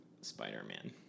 Spider-Man